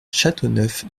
châteauneuf